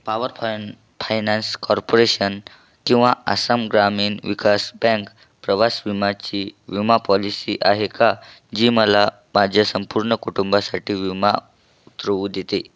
power फाय finance corporation किंवा आसाम ग्रामीण विकास बँक प्रवास विमाची विमा पॉलिसी आहे का जी मला माझ्या संपूर्ण कुटुंबासाठी विमा उतरवू देते